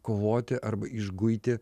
kovoti arba išguiti